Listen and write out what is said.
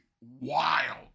wild